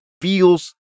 feels